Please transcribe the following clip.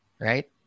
right